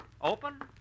Open